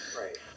Right